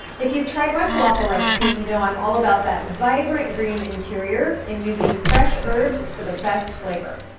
if you've tried my falafel recipe, you know i'm all about that vibrant green interior and using fresh herbs for the best flavor,